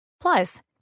Plus